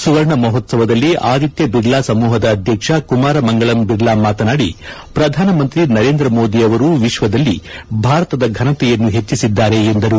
ಸುವರ್ಣ ಮಹೋತ್ವದಲ್ಲಿ ಆದಿತ್ಯ ಬಿರ್ಲಾ ಸಮೂಹದ ಅಧ್ಯಕ್ಷ ಕುಮಾರ ಮಂಗಳಂ ಬಿರ್ಲಾ ಮಾತನಾಡಿ ಪ್ರಧಾನಮಂತ್ರಿ ನರೇಂದ್ರ ಮೋದಿ ಅವರು ವಿಶ್ವದಲ್ಲಿ ಭಾರತದ ಫನತೆಯನ್ನು ಹೆಚ್ಚಿಸಿದ್ದಾರೆ ಎಂದರು